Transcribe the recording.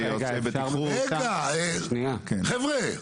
רגע, חבר'ה,